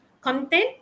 content